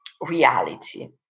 reality